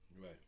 Right